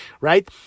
right